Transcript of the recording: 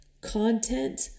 content